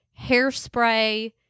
hairspray